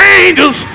angels